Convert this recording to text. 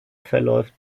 verläuft